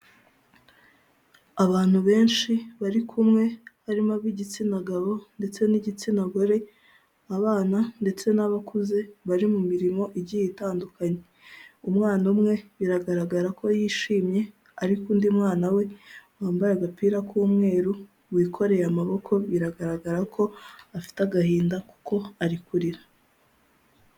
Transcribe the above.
Abantu benshi bari kumwe harimo ab'igitsina gabo ndetse n'igitsina gore, abana ndetse n'abakuze bari mu mirimo igiye itandukanye. Umwana umwe biragaragara ko yishimye ariko undi mwana we wambaye agapira k'umweru, wikoreye amaboko, biragaragara ko afite agahinda kuko ari kurira.